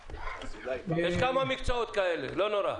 יש כמה מקצועות כאלה, לא נורא.